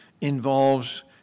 involves